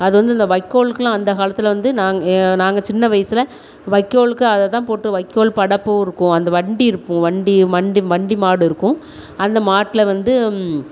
அது வந்து இந்த வைக்கோலுக்குலாம் அந்த காலத்தில் வந்து நாங்கள் நாங்கள் சின்ன வயசில் வைக்கோலுக்கு அதை தான் போட்டு வைக்கோல் படப்பும் இருக்கும் அந்த வண்டி இருக்கும் வண்டி வண்டி வண்டி மாடு இருக்கும் அந்த மாட்டில் வந்து